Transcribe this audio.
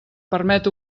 permet